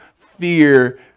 fear